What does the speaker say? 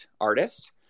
artist